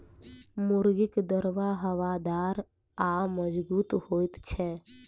मुर्गीक दरबा हवादार आ मजगूत होइत छै